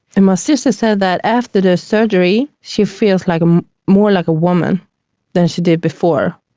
and my sister said that after the surgery she feels like more like a woman than she did before.